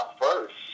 first